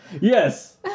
Yes